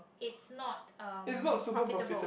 it not um profitable